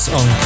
on